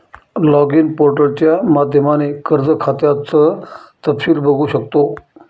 login पोर्टलच्या माध्यमाने कर्ज खात्याचं तपशील बघू शकतो